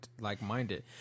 like-minded